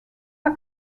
war